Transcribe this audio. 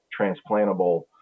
transplantable